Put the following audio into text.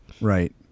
Right